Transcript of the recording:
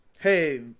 Hey